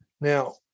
Now